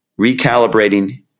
recalibrating